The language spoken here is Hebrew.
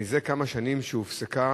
מזה כמה שנים הופסקה